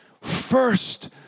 first